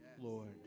Lord